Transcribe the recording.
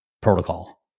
protocol